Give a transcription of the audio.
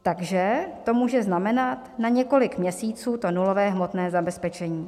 Takže to může znamenat na několik měsíců to nulové hmotné zabezpečení.